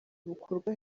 bukorwa